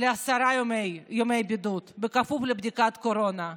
לעשרה ימי בידוד, בכפוף לבדיקת קורונה.